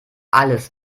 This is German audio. alles